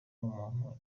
n’umuntu